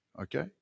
okay